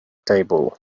table